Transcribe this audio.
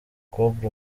cobra